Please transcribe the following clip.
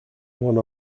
one